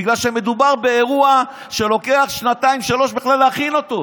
בגלל שמדובר באירוע שלוקח שנתיים-שלוש בכלל להכין אותו,